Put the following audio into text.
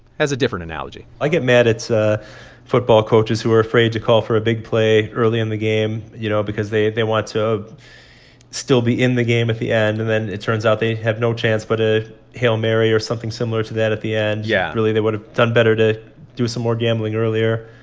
has a different analogy i get mad at ah football coaches who are afraid to call for a big play early in the game, you know, because they they want to still be in the game at the end, and then it turns out they have no chance but a hail mary or something similar to that at the end yeah really, they would've done better to do some more gambling earlier.